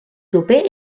proper